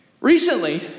Recently